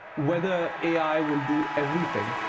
whether ai will do everything.